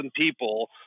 people